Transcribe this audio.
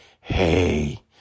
Hey